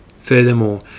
Furthermore